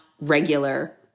regular